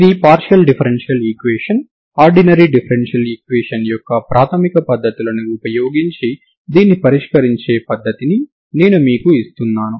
ఇది partial differential equation ordinary differential equation యొక్క ప్రాథమిక పద్ధతులను ఉపయోగించి దీన్ని పరిష్కరించే పద్ధతిని నేను మీకు ఇస్తున్నాను